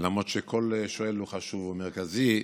למרות שכל שואל הוא חשוב ומרכזי,